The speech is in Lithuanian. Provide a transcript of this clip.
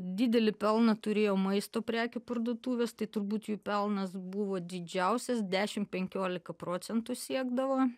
didelį pelną turėjo maisto prekių parduotuvės tai turbūt jų pelnas buvo didžiausias dešim penkiolika procentų siekdavo